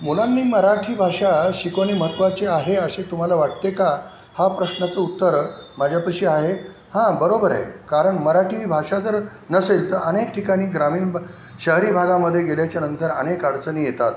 मुलांनी मराठी भाषा शिकवणे महत्त्वाचे आहे असे तुम्हाला वाटते का हा प्रश्नाचं उत्तर माझ्यापाशी आहे हा बरोबर आहे कारण मराठी भाषा जर नसेल तर अनेक ठिकाणी ग्रामीण भा शहरी भागामध्ये गेल्याच्या नंतर अनेक अडचणी येतात